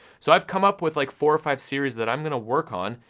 so i've come up with like four or five series that i'm gonna work on,